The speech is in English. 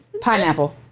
Pineapple